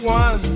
one